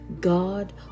God